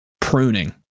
pruning